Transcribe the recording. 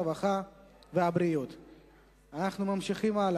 הרווחה והבריאות נתקבלה.